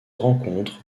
rencontre